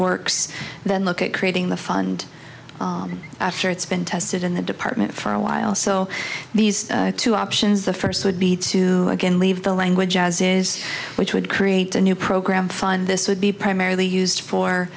works then look at creating the fund after it's been tested in the department for a while so these two options the first would be to again leave the language as is which would create a new program fund this would be primarily used for